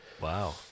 Wow